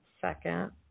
second